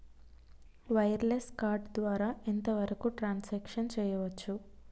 Wireless card ద్వారా ఎంత వరకు ట్రాన్ సాంక్షన్ చేయవచ్చు?